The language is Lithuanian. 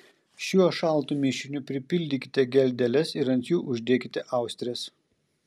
šiuo šaltu mišiniu pripildykite geldeles ir ant jų uždėkite austres